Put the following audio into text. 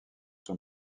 son